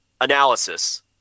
analysis